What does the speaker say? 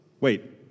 Wait